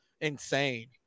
insane